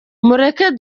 mureke